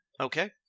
Okay